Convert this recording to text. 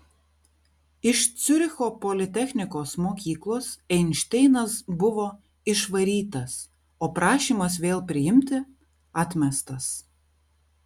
iš ciuricho politechnikos mokyklos einšteinas buvo išvarytas o prašymas vėl priimti atmestas